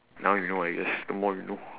now you know I guess the more you know